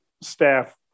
staff